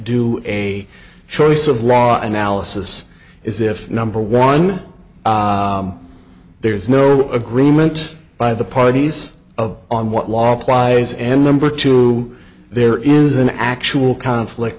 do a choice of law analysis is if number one there is no agreement by the parties of on what law applies and number two there is an actual conflict